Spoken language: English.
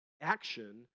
action